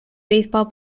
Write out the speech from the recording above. baseball